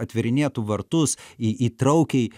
atverinėtų vartus į įtraukiai